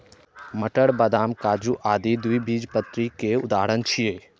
मटर, बदाम, काजू आदि द्विबीजपत्री केर उदाहरण छियै